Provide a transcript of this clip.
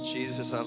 Jesus